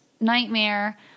nightmare